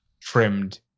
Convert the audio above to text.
trimmed